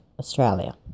Australia